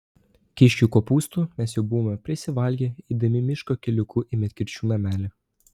kiškių kopūstų mes jau buvome prisivalgę eidami miško keliuku į medkirčių namelį